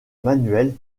manuelle